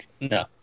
No